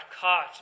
caught